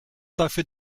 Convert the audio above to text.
dafür